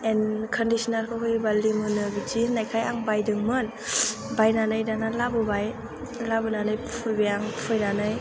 N कन्डिशनारखौ होयोबा लिमोनो बिदि होननायखाय आं बायदोंमोन बायनानै दाना लाबोबाय लाबोनानै फुफैबाय आं फुफैनानै